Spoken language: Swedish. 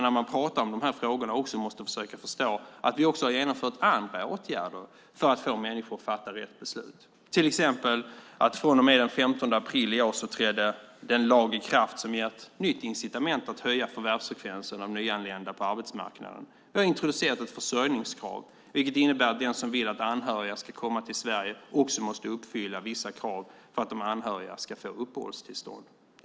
När man pratar om de här frågorna måste man försöka förstå att vi har genomfört andra åtgärder för att få människor att fatta rätt beslut. Till exempel trädde den 15 april i år den lag i kraft som ger ett nytt incitament att höja förvärvsfrekvensen för de nyanlända på arbetsmarknaden. Vi har introducerat ett försörjningskrav, vilket innebär att den som vill att anhöriga ska komma till Sverige måste uppfylla vissa krav för att de anhöriga ska få uppehållstillstånd.